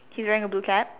he's wearing a blue cap